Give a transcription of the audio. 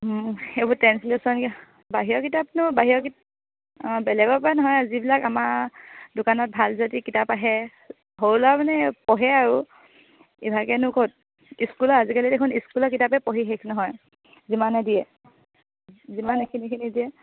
এইবোৰ ট্ৰেঞ্চলেশ্যন বাহিৰৰ কিতাপনো বাহিৰৰ অঁ বেলেগৰপৰা নহয় যিবিলাক আমাৰ দোকানত ভাল যাদি কিতাপ আহে সৰু ল'ৰাই মানে পঢ়ে আৰু ইভাগেনো ক'ত স্কুলত আজিকালি দেখোন স্কুলৰ কিতাপে পঢ়ি শেষ নহয় যিমানে দিয়ে যিমান এখিনি এখিনি দিয়ে